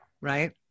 right